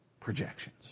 projections